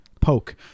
poke